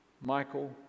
Michael